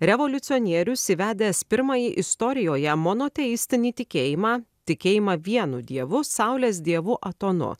revoliucionierius įvedęs pirmąjį istorijoje monoteistinį tikėjimą tikėjimą vienu dievu saulės dievu atonu